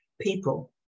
people